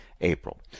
April